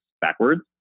backwards